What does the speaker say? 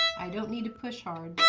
i don't need to push hard,